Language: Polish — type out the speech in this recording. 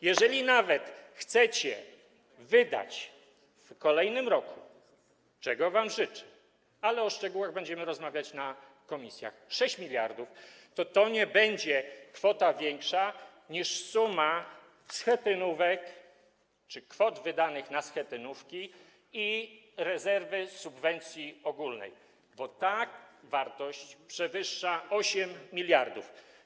Jeżeli nawet chcecie wydać w kolejnym roku - czego wam życzę, ale o szczegółach będziemy rozmawiać na posiedzeniach komisji - 6 mld, to to nie będzie kwota większa niż suma schetynówek czy kwot wydanych na schetynówki i rezerwy subwencji ogólnej, bo ta wartość przewyższa 8 mld.